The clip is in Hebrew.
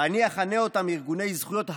ואני אכנה אותם "ארגוני זכויות הדם",